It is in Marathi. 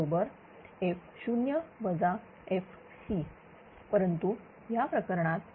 बरोबरf0 fc परंतु या प्रकरणात